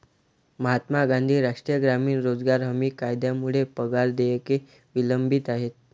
महात्मा गांधी राष्ट्रीय ग्रामीण रोजगार हमी कायद्यामुळे पगार देयके विलंबित आहेत